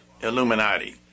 Illuminati